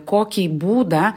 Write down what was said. kokį būdą